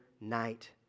night